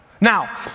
Now